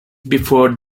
before